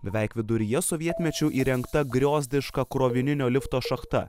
beveik viduryje sovietmečiu įrengta griozdiška krovininio lifto šachta